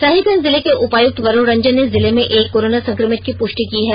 साहिबगंज जिले के उपायुक्त वरुण रंजन ने जिले में एक कोरोना संक्रमित की पुष्टि की है